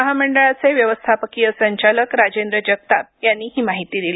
महामंडळाचे व्यवस्थापकीय संचालक राजेंद्र जगताप यांनी ही माहिती दिली